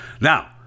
now